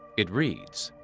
it reads,